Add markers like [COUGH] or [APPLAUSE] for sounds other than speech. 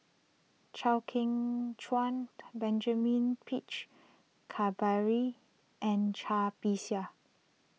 Chew Kheng Chuan [UNINTELLIGIBLE] Benjamin Peach Keasberry and Cai Bixia